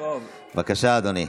בבקשה, אדוני.